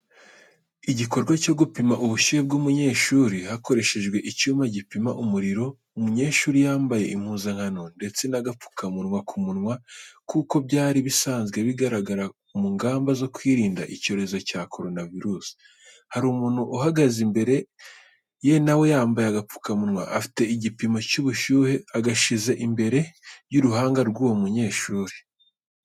Igikorwa cyo gupima ubushyuhe bw’umunyeshuri, hakoreshejwe icyuma gipima umuriro. Umunyeshuri yambaye impuzankano ndetse n'agapfukamunwa ku munwa nk’uko byari bisanzwe bigaragara mu ngamba zo kwirinda icyorezo cya korona virusi. Hari umuntu uhagaze imbere ye nawe yambaye agapfukamunwa afite agapimo k’ubushyuhe agashyize imbere y'uruhanga rw’uwo munyeshuri.